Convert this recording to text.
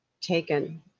taken